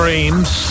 Dreams